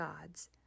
God's